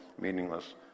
meaningless